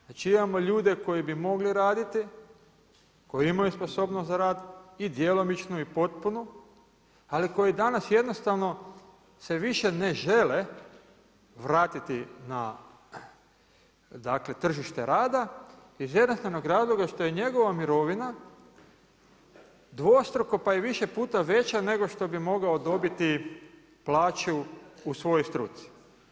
Znači imamo ljude koji bi mogli raditi, koji imaju sposobnost za rad i djelomičnu i popuno, ali koji danas jednostavno se više ne žele vratiti tržište rada iz jednostavnog razloga što je njegova mirovina dvostruko pa i više puta veća nego što bi mogao dobiti plaću u svojoj struci.